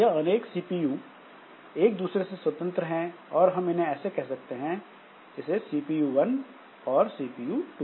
यह अनेक सीपीयू एक दूसरे से स्वतंत्र हैं और हम इन्हें ऐसे कह सकते हैं कि सीपीयू 1 और सीपीयू टू